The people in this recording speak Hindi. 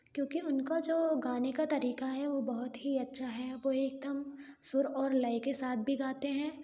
क्योंकि उनका जो गाने का तरीका है वो बहुत ही अच्छा है वो एक दम सुर और लय के साथ भी गाते हैं